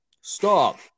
stop